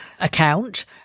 account